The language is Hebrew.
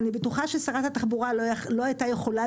אני בטוחה ששרת התחבורה לא הייתה יכולה